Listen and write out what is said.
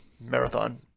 marathon